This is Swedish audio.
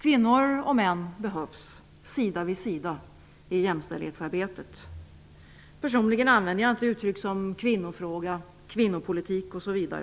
Kvinnor och män behövs sida vid sida i jämställdhetsarbetet. Personligen använder jag inte uttryck som kvinnofråga, kvinnopolitik osv.